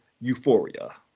Euphoria